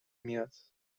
میاد